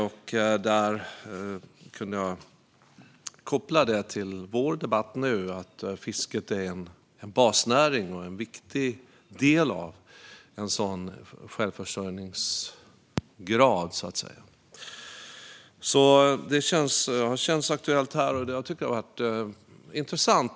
Jag kunde koppla det till vår debatt nu, då fisket är en basnäring och en viktig del av vår självförsörjning. Debatterna har känts aktuella och intressanta.